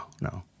no